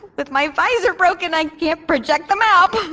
with my visor broken, i can't project the map